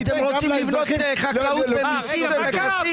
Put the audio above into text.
אתם רוצים לזרוק חקלאות במיסים ובמכסים.